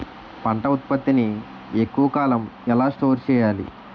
పంట ఉత్పత్తి ని ఎక్కువ కాలం ఎలా స్టోర్ చేయాలి?